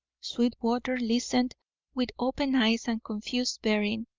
sweetwater listened with open eyes and confused bearing,